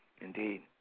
Indeed